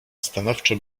stanowczo